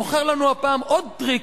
מוכר לנו הפעם עוד טריק,